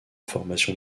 formation